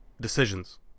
decisions